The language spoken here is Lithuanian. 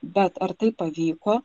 bet ar tai pavyko